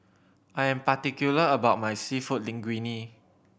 I am particular about my Seafood Linguine